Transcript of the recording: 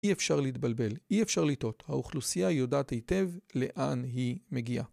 אי אפשר להתבלבל, אי אפשר לטעות, האוכלוסייה יודעת היטב לאן היא מגיעה.